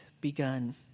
begun